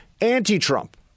anti-Trump